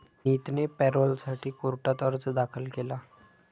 विनीतने पॅरोलसाठी कोर्टात अर्ज दाखल केला